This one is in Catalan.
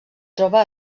troba